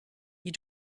you